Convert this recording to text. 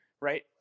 Right